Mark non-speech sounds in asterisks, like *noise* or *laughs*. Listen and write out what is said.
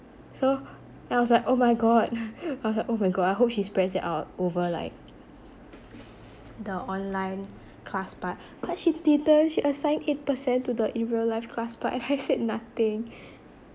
so I was like oh my god *laughs* I was like oh my god I hope she spreads it out over like the online class part but she didn't she assigned eight percent to the in real life class part and I said nothing